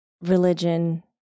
religion